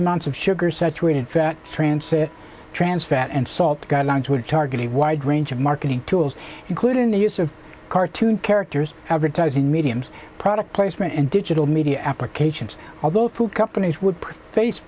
amounts of sugar saturated fat transair trans fat and salt guidelines would target a wide range of marketing tools including the use of cartoon characters advertising mediums product placement and digital media applications although food companies would face